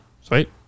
sweet